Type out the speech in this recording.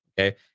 Okay